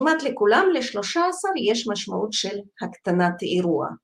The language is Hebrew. ‫כלומר, לכולם ל-13 יש משמעות ‫של הקטנת אירוע.